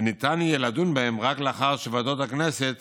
וניתן יהיה לדון בהן רק לאחר שוועדות הכנסת